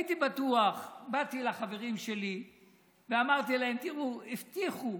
הייתי בטוח, באתי לחברים שלי ואמרתי להם: הבטיחו